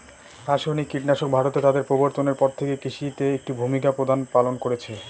রাসায়নিক কীটনাশক ভারতে তাদের প্রবর্তনের পর থেকে কৃষিতে একটি প্রধান ভূমিকা পালন করেছে